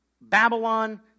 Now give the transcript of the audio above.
Babylon